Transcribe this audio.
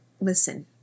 listen